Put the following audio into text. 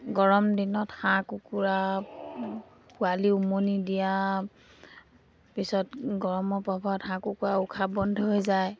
গৰম দিনত হাঁহ কুকুৰা পোৱালি উমনি দিয়া পিছত গৰমৰ হাঁহ কুকুৰাৰ উশাহ বন্ধ হৈ যায়